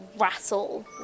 rattle